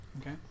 okay